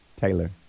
Taylor